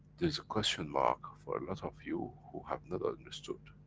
there is a question mark for a lot of you, who have not understood.